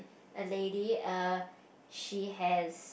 a lady err she has